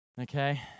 Okay